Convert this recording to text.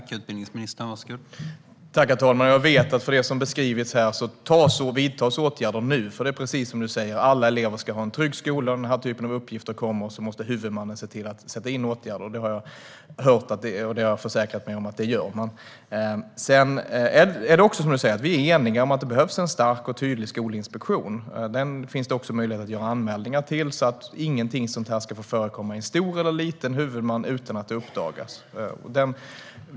Herr talman! Jag vet att det nu vidtas åtgärder mot det som beskrivits här. Det är precis som du, Larry Söder, säger: Alla elever ska ha en trygg skola, och när denna typ av uppgifter kommer måste huvudmannen se till att sätta in åtgärder. Jag har försäkrat mig om att man gör det. Vi är också eniga om att det, som du säger, behövs en stark och tydlig skolinspektion. Den finns det också möjlighet att göra anmälningar till så att ingenting sådant här ska kunna förekomma hos en stor eller liten huvudman utan att det uppdagas.